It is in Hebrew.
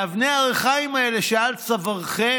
אבני הריחיים האלה שעל צווארכם